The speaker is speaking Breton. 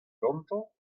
gantañ